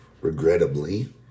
regrettably